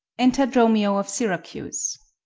enter dromio of syracuse.